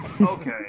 Okay